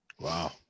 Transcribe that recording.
Wow